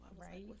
right